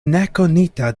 nekonita